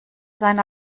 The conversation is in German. sein